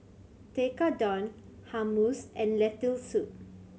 Tekkadon Hummus and Lentil Soup